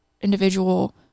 individual